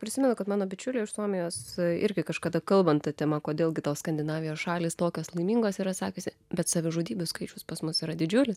prisimenu kad mano bičiulė iš suomijos irgi kažkada kalbant ta tema kodėl gi tos skandinavijos šalys tokios laimingos yra sakiusi bet savižudybių skaičius pas mus yra didžiulis